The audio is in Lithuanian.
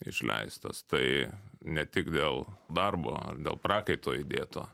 išleistas tai ne tik dėl darbo dėl prakaito įdėto